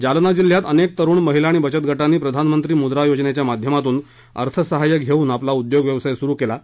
जालना जिल्ह्यात अनेक तरुण महिला आणि बचत गटांनी प्रधानमंत्री मुद्रा योजनेच्या माध्यमातून अर्थसाहाय्य घेवून आपला उद्योग व्यवसाय सुरू केला आहे